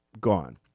gone